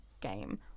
game